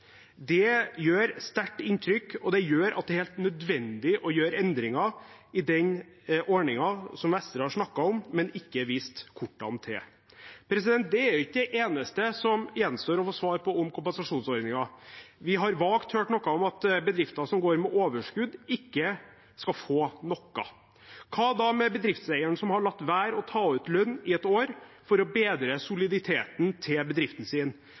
Det gjør sterkt inntrykk, og det gjør at det er helt nødvendig å gjøre endringer i den ordningen som Vestre har snakket om, men ikke vist kortene til. Det er ikke det eneste som gjenstår å få svar på om kompensasjonsordningen. Vi har vagt hørt noe om at bedrifter som går med overskudd, ikke skal få noe. Hva da med bedriftseieren som har latt være å ta ut lønn i et år for å bedre soliditeten til bedriften sin?